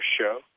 show